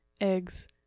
eggs